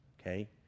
Okay